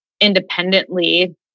independently